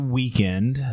weekend